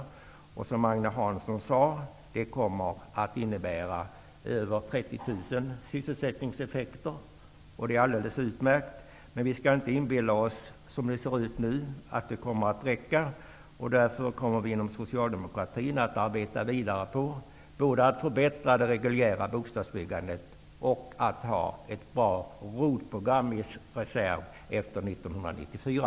Precis som Agne Hansson sade kommer det att innebära över 30 000 sysselsättningseffekter, vilket är alldeles utmärkt. Men vi skall inte inbilla oss att det, som det ser ut nu, kommer att räcka. Därför kommer vi inom socialdemokratin att arbeta vidare på både att förbättra det regulära bostadsbyggandet och att ha ett bra ROT-program i reserv efter 1994.